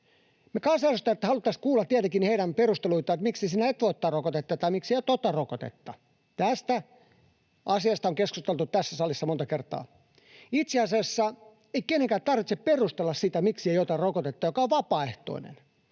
tietenkin haluaisimme kuulla heidän perusteluitaan, että miksi sinä et voi ottaa rokotetta tai miksi sinä et ota rokotetta. Tästä asiasta on keskusteltu tässä salissa monta kertaa. Itse asiassa ei kenenkään tarvitse perustella sitä, miksi ei ota rokotetta, joka on vapaaehtoinen.